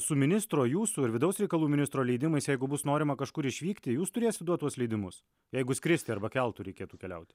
su ministro jūsų ir vidaus reikalų ministro leidimais jeigu bus norima kažkur išvykti jūs turėsit duot tuos leidimus jeigu skristi arba keltu reikėtų keliauti